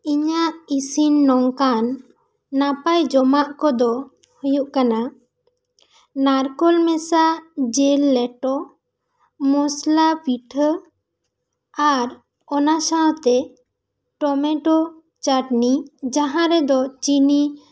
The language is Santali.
ᱤᱧᱟᱹᱜ ᱤᱥᱤᱱ ᱱᱚᱝᱠᱟᱱ ᱱᱟᱯᱟᱭ ᱡᱚᱢᱟᱜ ᱠᱚᱫᱚ ᱦᱩᱭᱩᱜ ᱠᱟᱱᱟ ᱱᱟᱨᱠᱚᱞ ᱢᱮᱥᱟ ᱡᱤᱞ ᱞᱮᱴᱚ ᱢᱚᱥᱞᱟ ᱯᱤᱴᱷᱟᱹ ᱟᱨ ᱚᱱᱟ ᱥᱟᱶᱛᱮ ᱴᱚᱢᱮᱴᱚ ᱪᱟᱹᱴᱱᱤ ᱡᱟᱦᱟᱸ ᱨᱮᱫᱚ ᱪᱤᱱᱤ